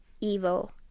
evil